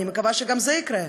אני מקווה שגם זה יקרה,